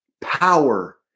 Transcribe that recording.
power